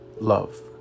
love